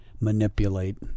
manipulate